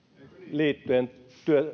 liittyen